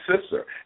sister